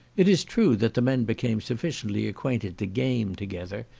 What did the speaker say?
it is true that the men became sufficiently acquainted to game together,